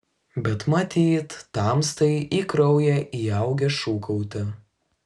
bet matyt tamstai į kraują įaugę šūkauti